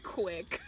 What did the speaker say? quick